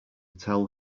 tell